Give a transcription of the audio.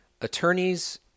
attorneys